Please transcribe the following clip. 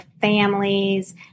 families